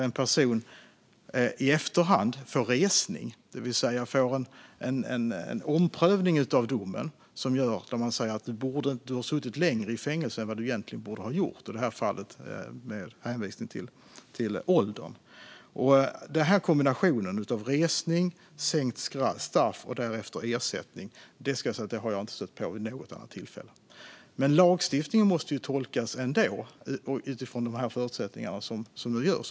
En person får resning i efterhand, det vill säga får en omprövning av domen där man säger att personen suttit längre i fängelse än vad den egentligen borde ha gjort, i det här fallet med hänvisning till åldern. Den här kombinationen av resning, sänkt straff och därefter ersättning har jag inte stött på vid något annat tillfälle. Men lagstiftningen måste ändå tolkas utifrån de förutsättningar som finns.